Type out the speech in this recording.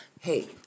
hey